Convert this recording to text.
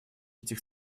этих